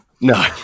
No